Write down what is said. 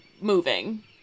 moving